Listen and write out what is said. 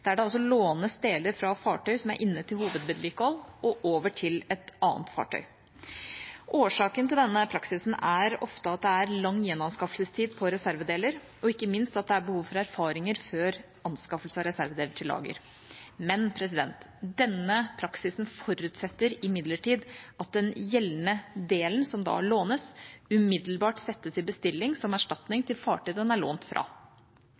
der det lånes deler fra fartøy som er inne til hovedvedlikehold, over til et annet fartøy. Årsaken til denne praksisen er ofte at det er lang gjenanskaffelsestid for reservedeler, og, ikke minst, at det er behov for erfaringer før anskaffelse av reservedeler til lager. Denne praksisen forutsetter imidlertid at den gjeldende delen, som da lånes, umiddelbart settes i bestilling, som erstatning til fartøyet den er lånt fra.